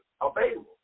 available